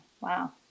Wow